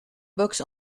box